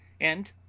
and,